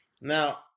now